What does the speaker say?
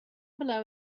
below